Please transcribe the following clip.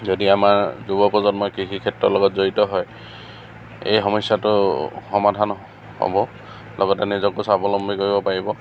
যদি আমাৰ যুৱপ্ৰজন্মই কৃষি ক্ষেত্ৰৰ লগত জড়িত হয় এই সমস্যাটো সমাধান হ'ব লগতে নিজকো স্বাৱলম্বী কৰিব পাৰিব